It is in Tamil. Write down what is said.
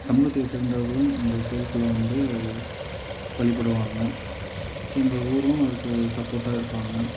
சமூகத்தை சேர்ந்தவர்களும் இந்த கோயிலுக்குள்ள வந்து வழிபடுவாங்கள் எங்கள் ஊரும் அதுக்கு சப்போட்டாக இருப்பாங்கள்